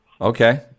Okay